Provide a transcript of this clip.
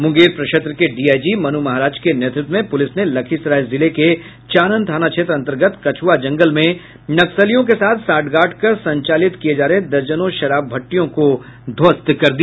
मुंगेर प्रक्षेत्र के डीआईजी मनु महाराज के नेतृत्व में प्रुलिस ने लखीसराय जिले के चानन थाना क्षेत्र अंतर्गत कछुआ जंगल में नक्सलियों के साथ साठगांठ कर संचालित दर्जनों शराब भट्टियों को ध्वस्त कर दिया